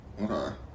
Okay